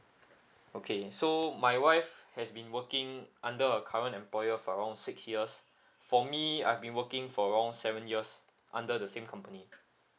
okay so my wife has been working under her current employer for around six years for me I've been working for around seven years under the same company